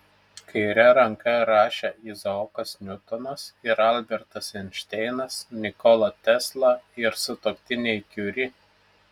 kaire ranka rašė izaokas niutonas ir albertas einšteinas nikola tesla ir sutuoktiniai kiuri